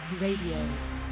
Radio